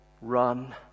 run